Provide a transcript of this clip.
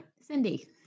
Cindy